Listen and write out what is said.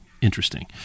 interesting